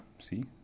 see